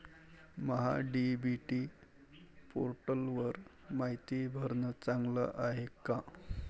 महा DBT पोर्टलवर मायती भरनं चांगलं हाये का?